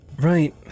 Right